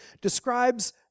describes